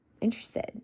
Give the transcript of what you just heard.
interested